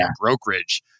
brokerage